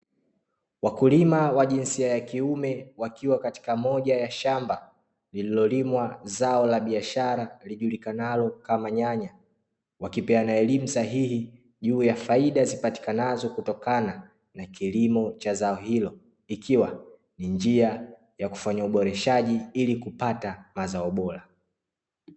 Wakulima wa jinsia ya kiume wakiwa katika moja ya shamba lililolimwa zao la biashara lijulikanalo kama nyanya. Wakipeana elimu sahihi juu ya faida zipatikanazo kutokana na kilimo cha zao hilo, ikiwa ni njia ya kufanya uboreshaji ili kupata mazao bora.